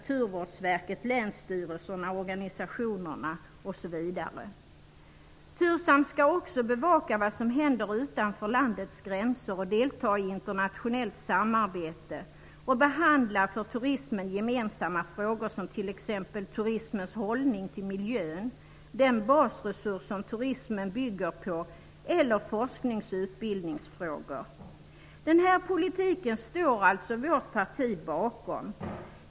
TURSAM skall också bevaka vad som händer utanför landets gränser, delta i internationellt samarbete och behandla för turismen gemensamma frågor, t.ex. turismens hållning till miljön -- den basresurs som turismen bygger på -- eller forsknings och utbildningsfrågor. Den här politiken står alltså vårt parti bakom.